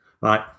Right